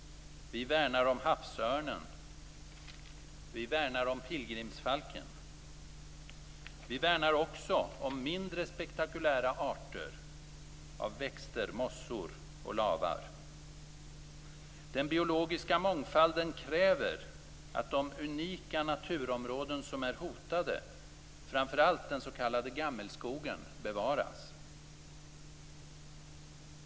Vi värnar om havsörnen. Vi värnar om pilgrimsfalken. Vi värnar också om mindre spektakulära arter av växter, mossor och lavar. Den biologiska mångfalden kräver att de unika naturområden som är hotade, framför allt den s.k. gammelskogen, bevaras.